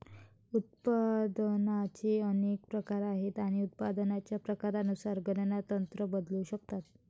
उत्पादनाचे अनेक प्रकार आहेत आणि उत्पादनाच्या प्रकारानुसार गणना तंत्र बदलू शकतात